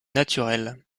naturelles